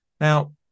Now